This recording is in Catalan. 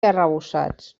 arrebossats